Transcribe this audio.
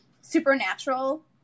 supernatural